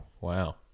wow